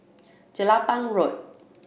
Jelapang Road